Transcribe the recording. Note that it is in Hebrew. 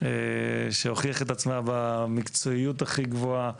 היא הוכיחה את עצמה במקצועיות הכי גבוהה,